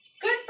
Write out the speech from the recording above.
Good